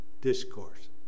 discourse